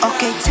Okay